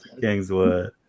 Kingswood